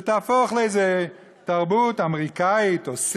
שתהפוך לאיזה תרבות אמריקנית, או סינית,